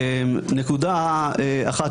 נקודה אחת,